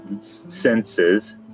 senses